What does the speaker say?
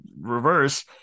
reverse